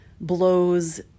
blows